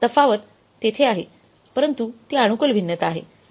तफावत तेथे आहे परंतु ती अनुकूल भिन्नता आहे